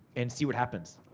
and see what happens.